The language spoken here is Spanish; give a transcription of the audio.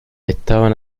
estaban